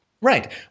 Right